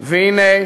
למעשה,